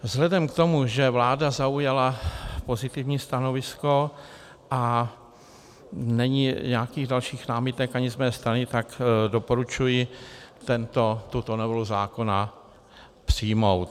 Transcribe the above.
Vzhledem k tomu, že vláda zaujala pozitivní stanovisko a není nějakých dalších námitek ani z mé strany, tak doporučuji Sněmovně tuto novelu zákona přijmout.